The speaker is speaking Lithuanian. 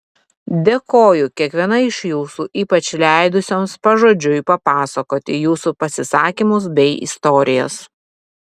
dėkoju kiekvienai iš jūsų ypač leidusioms pažodžiui papasakoti jūsų pasisakymus bei istorijas